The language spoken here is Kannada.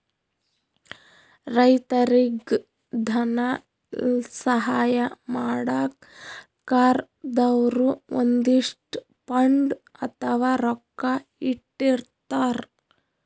ರೈತರಿಗ್ ಧನ ಸಹಾಯ ಮಾಡಕ್ಕ್ ಸರ್ಕಾರ್ ದವ್ರು ಒಂದಿಷ್ಟ್ ಫಂಡ್ ಅಥವಾ ರೊಕ್ಕಾ ಇಟ್ಟಿರ್ತರ್